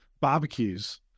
barbecues